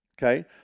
Okay